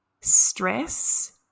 stress